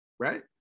Right